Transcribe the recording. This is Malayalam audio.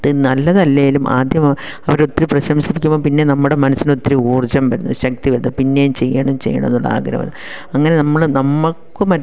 അത് നല്ലതല്ലെങ്കിലും ആദ്യമാണ് അവരൊത്തിരി പ്രശംസിക്കുമ്പം പിന്നെ നമ്മുടെ മനസ്സിനൊത്തിരി ഊർജ്ജം വരുന്നു ശക്തി വരുന്നു പിന്നെയും ചെയ്യണം ചെയ്യണമെന്നുള്ള ആഗ്രഹമാണ് അങ്ങനെ നമ്മൾ നമുക്കും